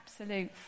absolute